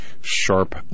sharp